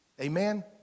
Amen